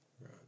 Right